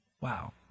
Wow